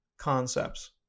concepts